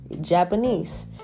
Japanese